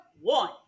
one